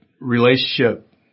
relationship